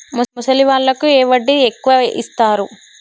ముసలి వాళ్ళకు ఏ వడ్డీ ఎక్కువ ఇస్తారు?